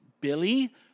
billy